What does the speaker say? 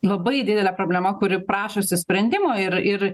labai didelė problema kuri prašosi sprendimo ir ir